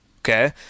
okay